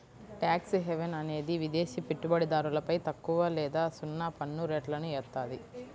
tax haven అనేది విదేశి పెట్టుబడిదారులపై తక్కువ లేదా సున్నా పన్నురేట్లను ఏత్తాది